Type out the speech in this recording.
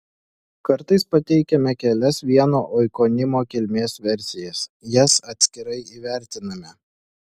kartais pateikiame kelias vieno oikonimo kilmės versijas jas atskirai įvertiname